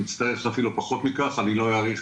אני מצטער שאפילו פחות מכך אני לא אאריך